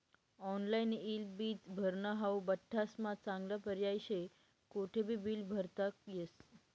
online ईज bill भरनं हाऊ बठ्ठास्मा चांगला पर्याय शे, कोठेबी बील भरता येस